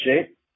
shape